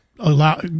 allow